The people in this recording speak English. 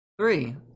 Three